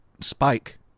spike